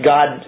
God